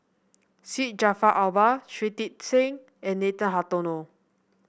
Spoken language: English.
Syed Jaafar Albar Shui Tit Sing and Nathan Hartono